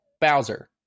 Bowser